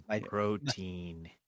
protein